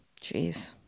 Jeez